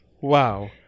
Wow